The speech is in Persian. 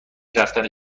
رفتنش